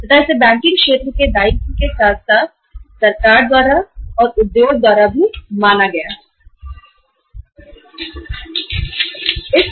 और इसे बैंकिंग क्षेत्र के साथ साथ सरकार द्वारा और उद्योग द्वारा एक दायित्व माना गया था